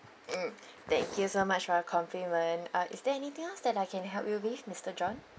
mm thank you so much for your compliment uh is there anything else that I can help you with mister john